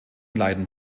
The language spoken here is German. leiden